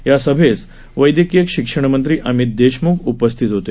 या सभेस वैदयकीय शिक्षणमंत्री अमित देशमुख उपस्थित होते